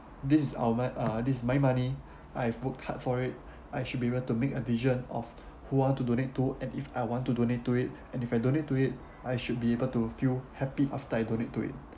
this is our m~ uh this is my money I've worked hard for it I should be able to make a decision of who I want to donate to and if I want to donate to it and if I donate to it I should be able to feel happy after I donate to it